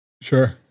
Sure